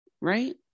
right